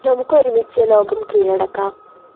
നമുക്ക് ഒരുമിച്ച് ലോകം കീഴടക്കാം